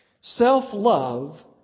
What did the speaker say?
Self-love